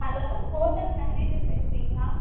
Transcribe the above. hello hotel manager பேசுகிறீங்களா